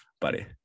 buddy